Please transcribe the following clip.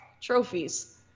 trophies